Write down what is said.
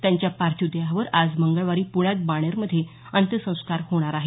त्यांच्या पार्थिव देहावर आज मंगळवारी प्ण्यात बाणेरमध्ये अंत्यसंस्कार होणार आहेत